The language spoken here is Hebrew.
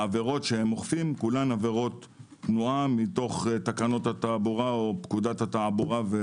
העבירות שהם אוכפים כולן עבירות תנועה מתוך פקודת התעבורה או